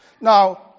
Now